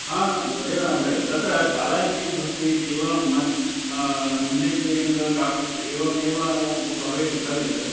आं तदेव न भवेत् तत्र शालायां किं भवति केवलम् इञ्जिनियरिङ्ग् डाक्टर्स् एवमेव वा वा भवेत् भवेत्